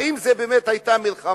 האם זו באמת היתה מלחמה?